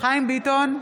חיים ביטון,